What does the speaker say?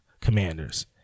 Commanders